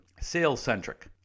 Sales-centric